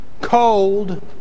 cold